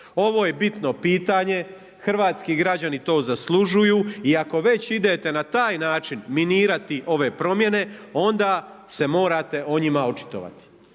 Ovo je bitno pitanje, hrvatski građani to zaslužuju i ako već idete na taj način minirati ove promjene, onda se morate o njima očitovati.